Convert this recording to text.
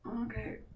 Okay